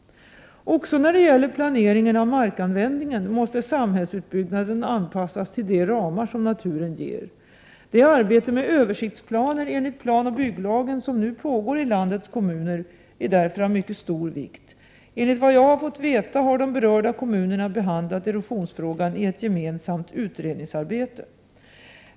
Också när det gäller planeringen av markanvändningen måste samhällsutbyggnaden anpassas till de ramar som naturen ger. Det arbete med översiktsplaner enligt planoch bygglagen som nu pågår i landets kommuner är därför av mycket stor vikt. Enligt vad jag har fått veta har de berörda kommunerna behandlat erosionsfrågan i ett gemensamt utredningsarbete.